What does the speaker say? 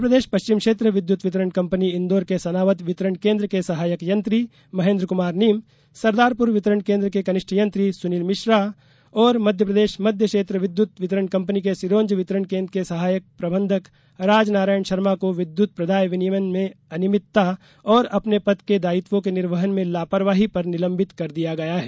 मध्यप्रदेश पश्चिम क्षेत्र विद्युत वितरण कम्पनी इंदौर के सनावद वितरण केन्द्र के सहायक यंत्री महेन्द्र कुमार नीम सरदारपुर वितरण केन्द्र के कनिष्ठ यंत्री सुनील मिश्रा और मध्यप्रदेश मध्य क्षेत्र विद्युत वितरण कम्पनी के सिरोंज वितरण केन्द्र के सहायक प्रबंधक राजनारायण शर्मा को विद्युत प्रदाय विनियमन में अनियमितता और अपने पद के दायित्वों के निर्वहन में लापरवाही पर निलंबित कर दिया गया है